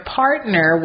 partner